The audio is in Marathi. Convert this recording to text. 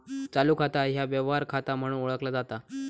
चालू खाता ह्या व्यवहार खाता म्हणून ओळखला जाता